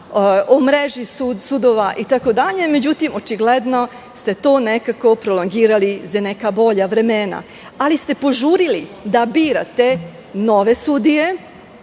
o mreži sudova, itd, međutim, očigledno ste to nekako prolongirali za neka bolja vremena, ali ste požurili da birate nove sudije